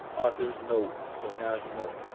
author's note so now you know.